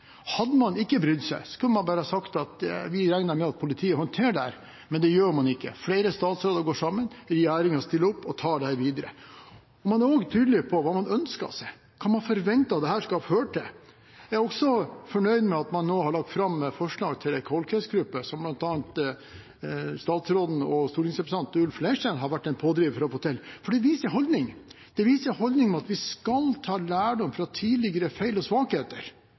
Hadde man ikke brydd seg, kunne man bare sagt at man regner med at politiet håndterer dette, men det gjør man ikke. Flere statsråder går sammen, og regjeringen stiller opp og tar dette videre. Man er også tydelig på hva man ønsker seg, hva man forventer at dette skal føre til. Jeg er også fornøyd med at man nå har lagt fram forslag til en kvalitetsgruppe som bl.a. statsråden og stortingsrepresentant Ulf Leirstein har vært en pådriver for å få til, for det viser en holdning – det viser den holdningen at vi skal ta lærdom av tidligere feil og svakheter.